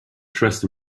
dressed